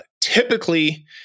Typically